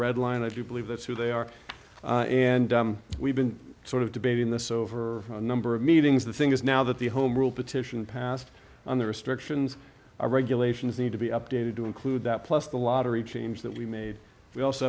red line if you believe that's who they are and we've been sort of debating this over a number of meetings the thing is now that the home rule petition passed on the restrictions our regulations need to be updated to include that plus the lottery change that we made we also